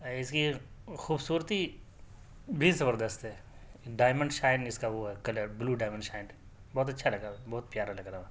ایسی خوبصورتی بھی زبردست ہے ڈائمنڈ شائن اس کا وہ ہے کلر بلو ڈایمنڈ شائن بہت اچھا لگا بہت پیارا لگا رہا